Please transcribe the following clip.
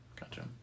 Gotcha